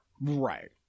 Right